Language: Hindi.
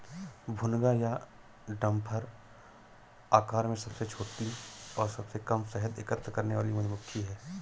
भुनगा या डम्भर आकार में सबसे छोटी और सबसे कम शहद एकत्र करने वाली मधुमक्खी है